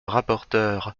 rapporteure